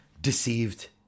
deceived